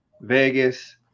Vegas